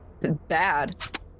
Bad